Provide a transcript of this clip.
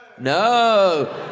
No